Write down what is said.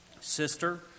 sister